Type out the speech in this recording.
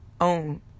own